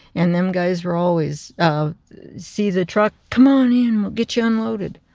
and them guys were always ah see the truck. come on in. get you unloaded.